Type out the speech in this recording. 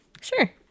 Sure